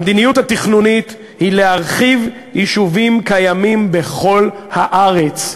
המדיניות התכנונית היא להרחיב יישובים קיימים בכל הארץ.